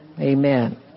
Amen